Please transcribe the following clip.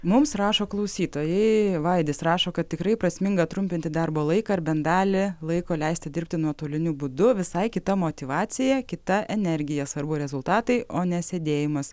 mums rašo klausytojai vaidis rašo kad tikrai prasminga trumpinti darbo laiką ar bent dalį laiko leisti dirbti nuotoliniu būdu visai kita motyvacija kita energija svarbu rezultatai o ne sėdėjimas